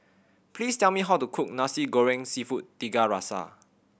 please tell me how to cook Nasi Goreng Seafood Tiga Rasa